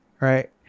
right